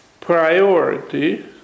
priority